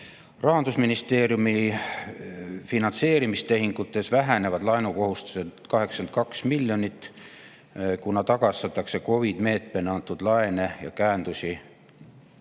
Rahandusministeeriumi finantseerimistehingutes vähenevad laenukohustused 82 miljoni võrra, kuna tagastatakse COVID-meetmena antud laene ja käendusi.